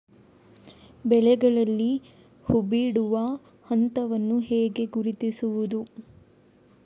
ಬೆಳೆಗಳಲ್ಲಿ ಹೂಬಿಡುವ ಹಂತವನ್ನು ಹೇಗೆ ಗುರುತಿಸುವುದು?